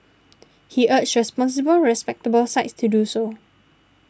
he urged responsible respectable sites to do so